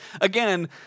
again